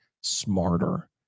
smarter